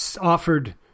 offered